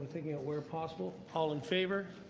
taking out where possible? all in favor?